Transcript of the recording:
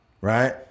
Right